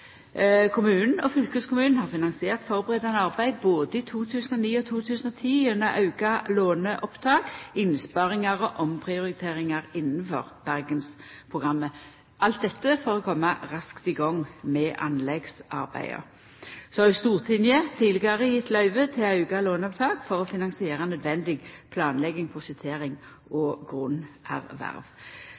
Kommunen og fylkeskommunen har finansiert førebuande arbeid både i 2009 og 2010 gjennom auka låneopptak, innsparingar og omprioriteringar innafor Bergensprogrammet – alt dette for å koma raskt i gang med anleggsarbeida. Stortinget har tidlegare gjeve løyve til auka låneopptak for å finansiera nødvendig planlegging, prosjektering og grunnerverv.